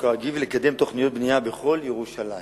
כרגיל ולקדם תוכניות בנייה בכל ירושלים.